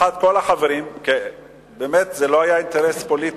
לשמחת כל החברים, באמת, זה לא היה אינטרס פוליטי